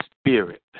spirit